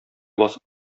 басып